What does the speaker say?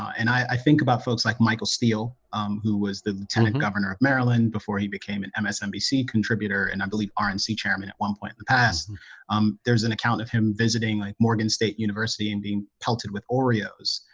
and i think about folks like michael steele um who was the lieutenant governor of maryland before he became an msnbc contributor and i believe rnc and chairman at one point in the past and um, there's an account of him visiting like morgan state university and being pelted with oreos.